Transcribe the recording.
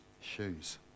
shoes